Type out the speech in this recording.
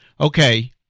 Okay